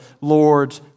Lord